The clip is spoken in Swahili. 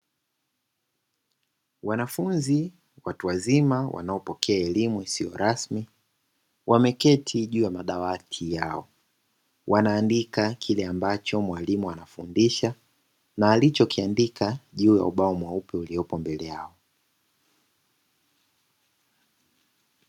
Wanafunzi watu wazima wanaopokea elimu isiyo rasmi wameketi juu ya madawati yao, wanaandika kile ambacho mwalimu anafundisha na alichoandika juu ya ubao mweupe uliopo mbele yao.